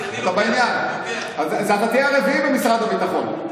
אתה בעניין, אז אתה תהיה הרביעי במשרד הביטחון.